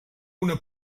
una